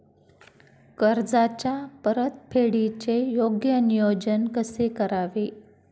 कर्जाच्या परतफेडीचे योग्य नियोजन कसे करावे?